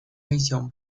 visión